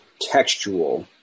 textual